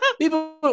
people